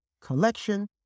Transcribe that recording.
collection